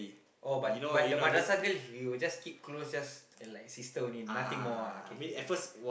oh but but the madrasah girl you will just keep close just like sister only nothing more ah k